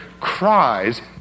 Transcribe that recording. cries